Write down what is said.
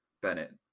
Bennett